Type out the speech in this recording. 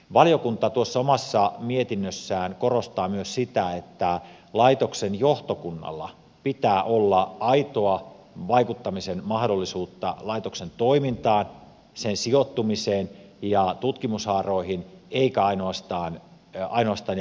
valiokunta tuossa omassa mietinnössään korostaa myös sitä että laitoksen johtokunnalla pitää olla aito mahdollisuus vaikuttaa laitoksen toimintaan sen sijoittumiseen ja tutkimushaaroihin eikä ainoastaan ja pelkästään johtajalla